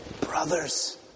brothers